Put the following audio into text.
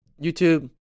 YouTube